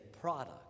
product